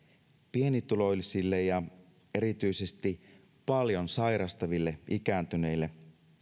pienituloisille ja erityisesti paljon sairastaville ikääntyneille